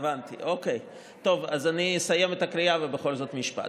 הבנתי, אוקי אני אסיים את הקריאה, ובכל זאת משפט.